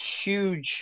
huge